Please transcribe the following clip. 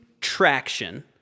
traction